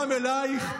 גם אלייך.